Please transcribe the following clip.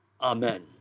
Amen